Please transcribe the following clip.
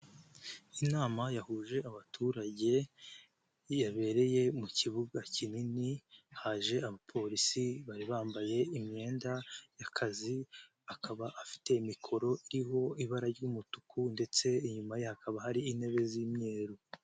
Inama yahuje abaturage, yabereye mu kibuga kinini, haje abapolisi bari bambaye imyenda y'akazi, akaba afite mikoro iriho ibara ry'umutuku ndetse inyuma ye hakaba hari intebe z'imyeru.